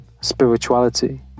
spirituality